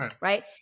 Right